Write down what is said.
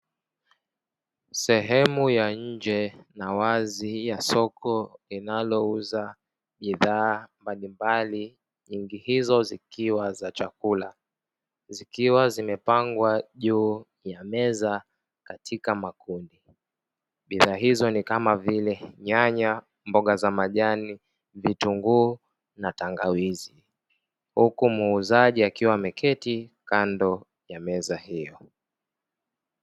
Sehemu ya nje na wazi ya soko linalouza bidhaa mbalimbali, nyingi hizo zikiwa za chakula; zikiwa zimepangwa juu ya meza katika makundi. Bidhaa hizo ni kama vile: nyanya, mboga za majani, vitunguu na tangawizi; huku muuzaji akiwa ameketi kando ya meza hiyo.